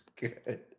good